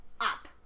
up